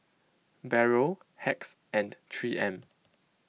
Barrel Hacks and three M